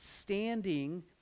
standing